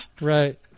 Right